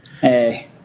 hey